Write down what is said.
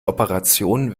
operationen